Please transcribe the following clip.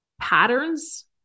patterns